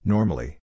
Normally